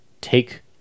take